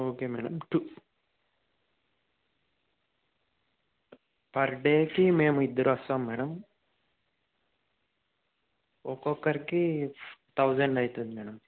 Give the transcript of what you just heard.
okay madam two per డేకి మేము ఇద్దరొస్తాం మేడం ఒక్కొక్కరికి థౌజండ్ అవుతుందిమేడం